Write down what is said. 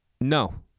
No